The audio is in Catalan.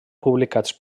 publicats